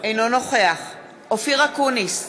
אינו נוכח אופיר אקוניס,